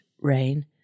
rain